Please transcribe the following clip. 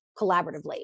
collaboratively